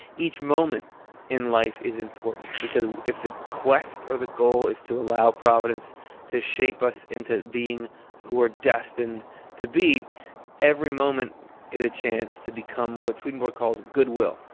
each moment in life is important, because if the quest or the goal is to allow providence to shape us into being who we're destined to be every moment is a chance to become what swedenborg calls goodwill.